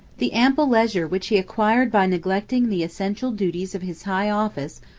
the ample leisure which he acquired by neglecting the essential duties of his high office,